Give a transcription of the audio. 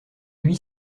lui